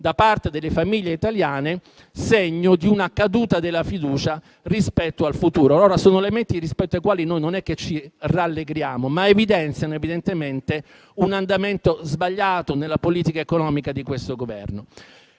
da parte delle famiglie italiane, segno di una caduta della fiducia rispetto al futuro. Sono elementi rispetto ai quali noi non ci rallegriamo, ma evidenziamo piuttosto un andamento sbagliato nella politica economica di questo Governo.